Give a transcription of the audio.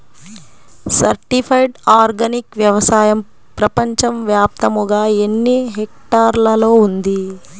Certified organic వ్యవసాయం ప్రపంచ వ్యాప్తముగా ఎన్నిహెక్టర్లలో ఉంది?